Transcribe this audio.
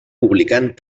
publicant